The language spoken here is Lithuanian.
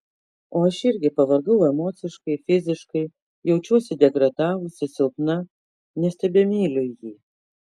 o aš irgi pavargau emociškai fiziškai jaučiuosi degradavusi silpna nes tebemyliu jį